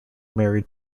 married